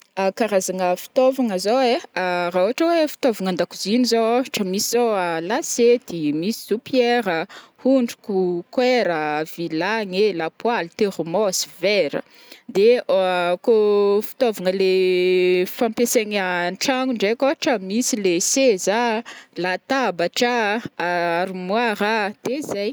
karazagna fitaovagna zao ai, raha ohatra hoe fitaovagna andakoziny zao ohatra misy zao lasety, misy soupière a, hondroko, koèra, vilagny e, lapoaly, thermos, vera, de kô fitaovagna le fampiasaigny antragno ndraiky ohatra misy leha seza a, latabatra a, armoire a, de zay.